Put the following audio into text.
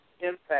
impact